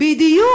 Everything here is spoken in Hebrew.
ביד היוצר.